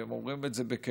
והם אומרים את זה בכנות,